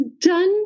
done